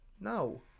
No